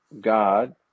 God